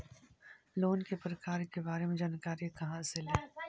Loan के प्रकार के बारे मे जानकारी कहा से ले?